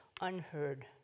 unheard